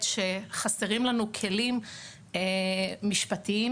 שחסרים לנו כלים משפטיים